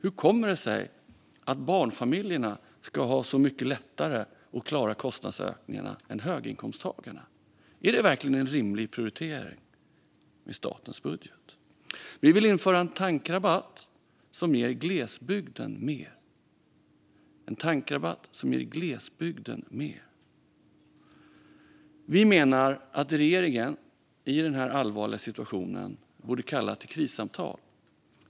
Hur kommer det sig att barnfamiljerna ska ha så mycket lättare att klara kostnadsökningarna än höginkomsttagarna? Är det verkligen en rimlig prioritering i statens budget? Vi vill införa en tankrabatt som ger glesbygden mer. Vi menar också att regeringen i den här allvarliga situationen borde ha kallat till krissamtal.